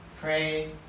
pray